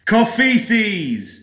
Coffees